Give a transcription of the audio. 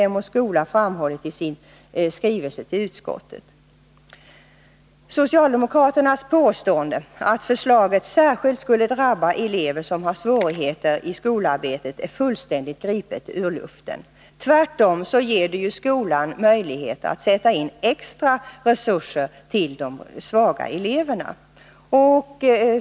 Hem och Skola framhållit i sin skrivelse till utskottet. Socialdemokraternas påstående att förslaget särskilt skulle drabba elever som har svårigheter i skolarbetet är fullständigt gripet ur luften. Tvärtom ger det skolan möjlighet att sätta in extra resurser till de svaga eleverna.